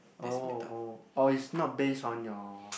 oh oh oh is not based on your